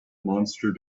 monster